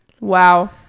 Wow